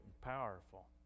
powerful